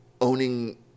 owning